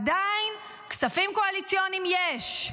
עדיין כספים קואליציוניים יש,